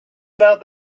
about